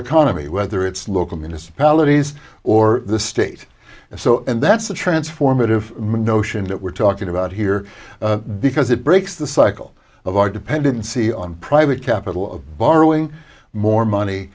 economy whether it's local municipalities or the state so and that's the transformative notion that we're talking about here because it breaks the cycle of our dependency on private capital of borrowing more money